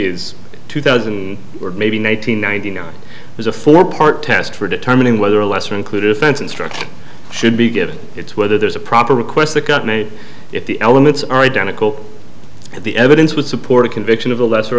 is two thousand and maybe nine hundred ninety nine was a four part test for determining whether a lesser included offense instruction should be given it's whether there's a proper request that got made if the elements are identical the evidence would support a conviction of a lesser